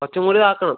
കുറച്ചും കൂടി ആക്കണം